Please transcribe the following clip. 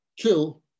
kill